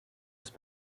ist